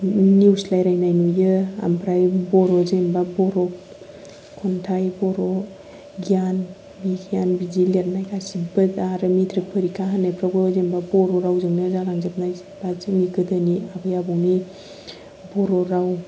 news रायलायनाय नुयो ओमफ्राय बर' जेनेबा बर' खनथाइ बर' गियान बिगियान बिदि लिरनाय गासिबो दा आरो मेट्रिक फरिखा होनायफोरावबो जेनेबा बर' रावजोंनो जाबाय जोंनि गोदोनि आबै आबौनि बर' राव